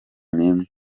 n’imwe